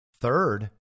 Third